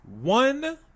one